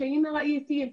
הקשיים הראייתיים,